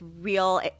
real